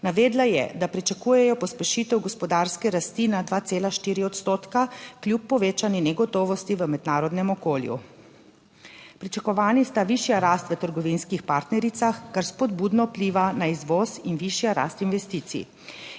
Navedla je, da pričakujejo pospešitev gospodarske rasti na 2,4 odstotka kljub povečani negotovosti v mednarodnem okolju. Pričakovani sta višja rast v trgovinskih partnericah, kar spodbudno vpliva na izvoz, in višja rast investicij.